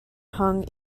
hung